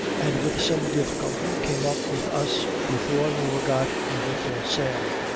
and with some difficulty came up with us before we were got under full sail